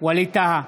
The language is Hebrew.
ווליד טאהא,